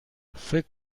فکر